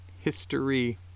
History